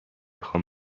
خوام